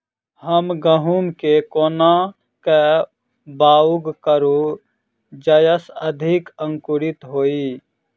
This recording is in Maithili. हम गहूम केँ कोना कऽ बाउग करू जयस अधिक अंकुरित होइ?